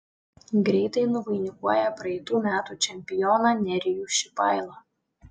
greitai nuvainikuoja praeitų metų čempioną nerijų šipailą